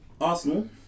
Arsenal